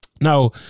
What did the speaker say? now